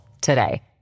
today